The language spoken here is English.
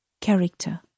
character